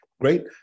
Great